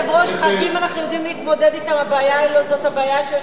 השאלה על מי ההוכחה.